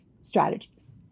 strategies